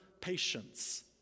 patience